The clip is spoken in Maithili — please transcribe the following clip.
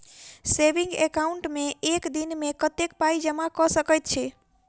सेविंग एकाउन्ट मे एक दिनमे कतेक पाई जमा कऽ सकैत छी?